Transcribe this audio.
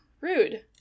Rude